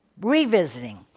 revisiting